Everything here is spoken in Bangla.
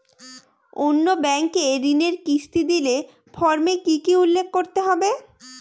অন্য ব্যাঙ্কে ঋণের কিস্তি দিলে ফর্মে কি কী উল্লেখ করতে হবে?